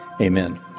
Amen